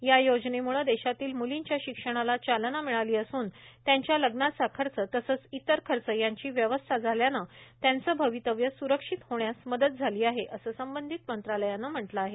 या योजनेम्ळे देशातील म्लींच्या शिक्षणाला चालना मिळाली असून त्यांच्या लग्नाचा खर्च तसच इतर खर्च यांची व्यवस्था झाल्यानं त्यांचं भवितव्य स्रक्षित होण्यास मदत झाली आहे असं संबंधित मंत्रालयानं म्हटलं आहे